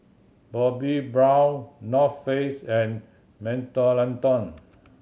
Bobbi Brown North Face and Mentholatum